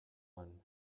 one